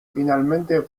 finalmente